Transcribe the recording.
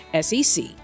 SEC